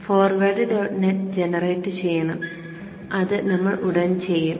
forward dot net generate ചെയ്യണം അത് നമ്മൾ ഉടൻ ചെയ്യും